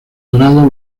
dorado